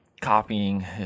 copying